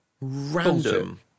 random